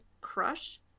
Crush